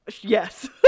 yes